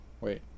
wait